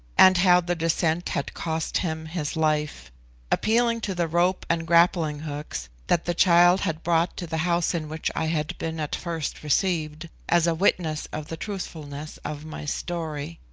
and how the descent had cost him his life appealing to the rope and grappling-hooks that the child had brought to the house in which i had been at first received, as a witness of the truthfulness of my story.